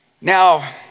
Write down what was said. Now